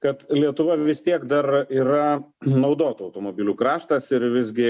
kad lietuva vis tiek dar yra naudotų automobilių kraštas ir visgi